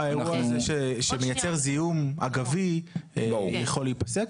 האירוע הזה שמייצר זיהום אגבי, יכול להיפסק.